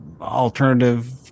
alternative